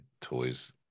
toys